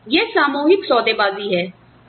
तो यह सामूहिक सौदेबाजी है